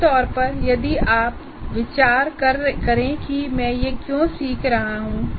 मोटे तौर पर यदि आप विचार करें कि मैं यह क्यों सीख रहा हूँ